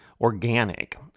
organic